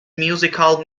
musical